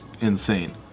insane